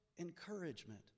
encouragement